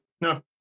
no